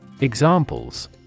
Examples